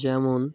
যেমন